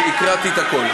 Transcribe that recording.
הקראתי את הכול.